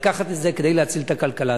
לקחת את זה כדי להציל את הכלכלה.